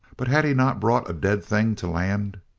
but had he not brought a dead thing to land?